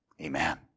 Amen